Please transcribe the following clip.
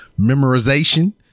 memorization